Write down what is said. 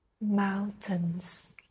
mountains